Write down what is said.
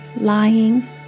lying